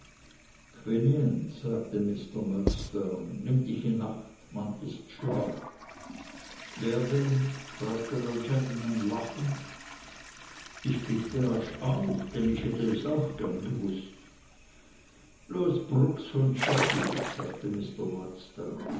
quinion sagte mr murdstone nimm dich in acht man ist schlau wer denn fragte der gentleman lachend ich blickte rasch auf denn ich hätte es auch gern gewußt bloß brooks von sheffield sagte